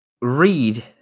read